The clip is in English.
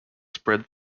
spread